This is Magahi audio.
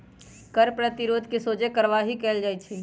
कर प्रतिरोध में सोझे कार्यवाही कएल जाइ छइ